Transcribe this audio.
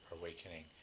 awakening